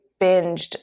binged